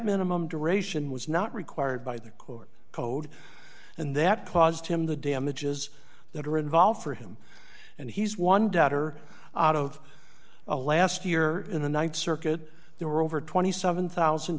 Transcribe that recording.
minimum duration was not required by the court code and that caused him the damages that are involved for him and he's one debtor out of a last year in the th circuit there were over twenty seven thousand